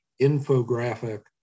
infographic